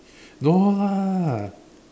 no lah